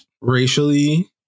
racially